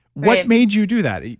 what made you do that?